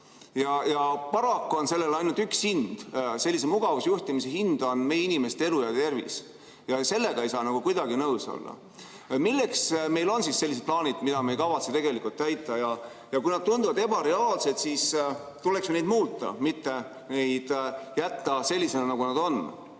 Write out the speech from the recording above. Ja paraku on sellel ainult üks hind. Sellise mugavusjuhtimise hind on meie inimeste elu ja tervis ja sellega ei saa kuidagi nõus olla. Milleks meil on sellised plaanid, mida me ei kavatse tegelikult täita? Ja kui need tunduvad ebareaalsed, siis tuleks neid muuta, mitte neid jätta selliseks, nagu nad on.